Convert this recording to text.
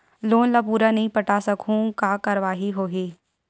Loan ला पूरा नई पटा सकहुं का कारवाही होही?